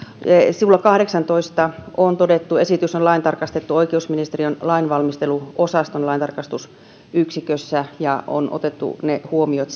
sivulla kahdeksantoista on todettu esitys on laintarkastettu oikeusministeriön lainvalmisteluosaston laintarkastusyksikössä ja siellä on otettu ne huomiot